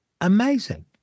Amazing